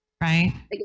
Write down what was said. right